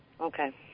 Okay